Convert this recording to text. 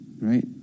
right